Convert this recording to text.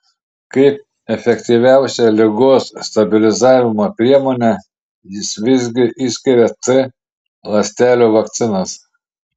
kaip efektyviausią ligos stabilizavimo priemonę jis visgi išskiria t ląstelių vakcinas